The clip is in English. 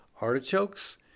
artichokes